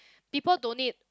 people don't need